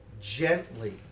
gently